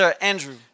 Andrew